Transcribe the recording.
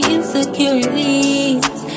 Insecurities